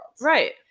Right